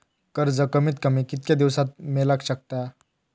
कर्ज कमीत कमी कितक्या दिवसात मेलक शकता?